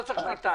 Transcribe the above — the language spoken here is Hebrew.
לא צריך שנתיים.